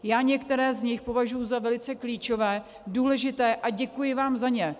Já některé z nich považuji za velice klíčové, důležité a děkuji vám za ně.